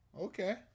Okay